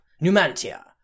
Numantia